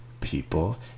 people